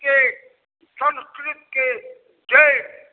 के संस्कृतके जड़ि